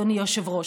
אדוני היושב-ראש,